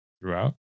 throughout